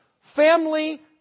family